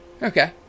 Okay